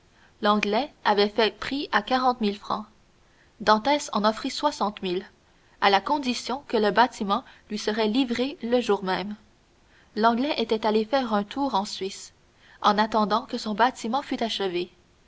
l'anglais avait fait prix à quarante mille francs dantès en offrit soixante mille à la condition que le bâtiment lui serait livré le jour même l'anglais était allé faire un tour en suisse en attendant que son bâtiment fût achevé